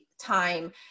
time